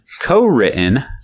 co-written